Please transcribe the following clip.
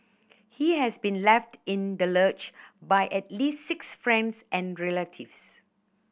he has been left in the lurch by at least six friends and relatives